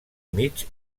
mig